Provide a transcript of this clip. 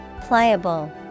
Pliable